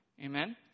amen